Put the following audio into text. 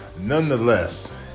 nonetheless